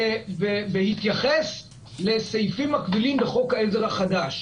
בהתייחס לסעיפים מקבילים בחוק העזר החדש.